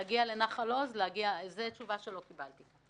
להגיע לנחל עוז, זו תשובה שלא קיבלתי.